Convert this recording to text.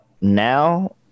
now